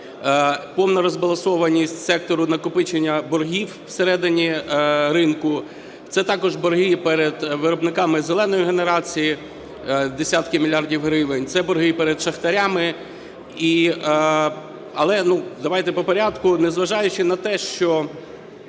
повна розбалансованість сектору накопичення боргів всередині ринку, це також борги перед виробниками "зеленої" генерації, десятки мільярдів гривень, це борги перед шахтарями. Але давайте по порядку. Незважаючи на те, що